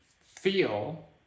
feel